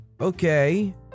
Okay